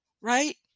right